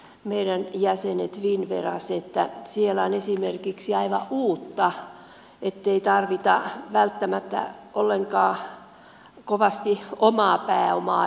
niiden jäsenet viime ja sitä siellä on esimerkiksi aivan uutta ettei tarvita välttämättä ollenkaan kovasti omaa pääomaa